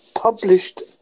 published